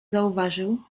zauważył